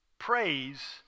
praise